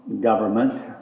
government